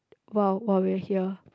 !wow! !wow! we are here